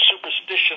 superstition